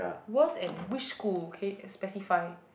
worse and which school can you specify